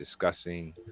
discussing